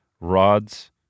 Rods